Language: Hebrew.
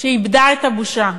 שאיבדה את הבושה.